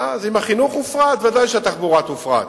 ואז, אם החינוך הופרט, ודאי שהתחבורה תופרט.